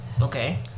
Okay